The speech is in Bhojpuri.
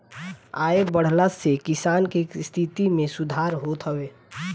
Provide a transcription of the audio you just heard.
आय बढ़ला से किसान के स्थिति में सुधार होत हवे